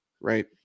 Right